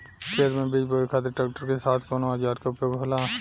खेत में बीज बोए खातिर ट्रैक्टर के साथ कउना औजार क उपयोग होला?